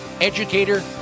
educator